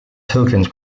tokens